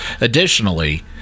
Additionally